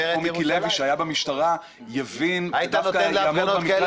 כמו מיקי לוי שהיה במשטרה יבין ודווקא יעמוד במקרה